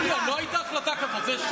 יוליה, לא הייתה החלטה כזאת.